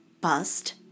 bust